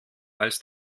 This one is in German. als